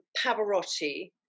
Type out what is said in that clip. Pavarotti